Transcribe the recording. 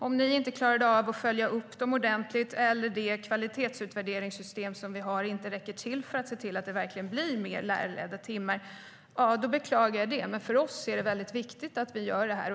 Om ni inte klarade av att följa upp dem ordentligt, eller om det kvalitetsutvärderingssystem som vi har inte räcker till för att det verkligen ska bli fler lärarledda timmar, beklagar jag det, men för oss är det viktigt att vi gör det här.